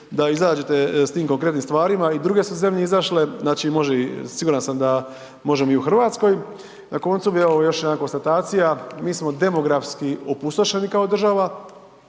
da izađete s tim konkretnim stvarima i druge su zemlje izašle, znači može, siguran sam da možemo i u RH. Na koncu bi evo još jedna konstatacija, mi smo demografski opustošeni kao država